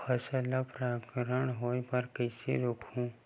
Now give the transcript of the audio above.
फसल ल परागण होय बर कइसे रोकहु?